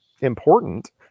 important